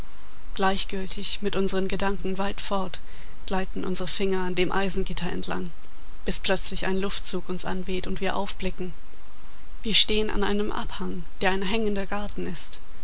gleichgültig mit unsern gedanken weit fort gleiten unsere finger an dem eisengitter entlang bis plötzlich ein luftzug uns anweht und wir aufblicken wir stehen an einem abhang der ein hängender garten ist